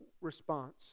response